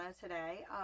today